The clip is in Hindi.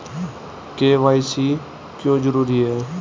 के.वाई.सी क्यों जरूरी है?